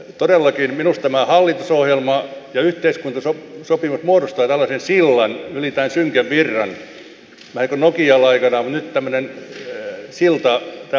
todellakin minusta tämä hallitusohjelma ja yhteiskuntasopimus muodostavat tällaisen sillan yli tämän synkän virran vähän niin kuin nokia oli aikanaan mutta nyt on tämmöinen silta tämän vaikean ajan ylitse